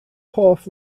hoff